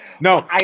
No